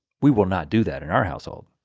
we will not do that in our household.